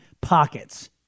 pockets